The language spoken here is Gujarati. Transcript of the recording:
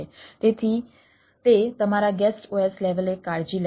તેથી તે તમારા ગેસ્ટ OS લેવલે કાળજી લે છે